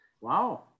Wow